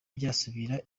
byasubira